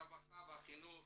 הרווחה והחינוך